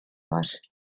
var